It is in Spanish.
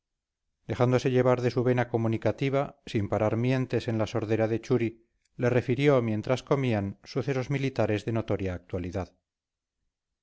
dejándose llevar de su vena comunicativa sin parar mientes en la sordera de churi le refirió mientras comían sucesos militares de notoria actualidad